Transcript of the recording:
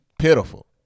Pitiful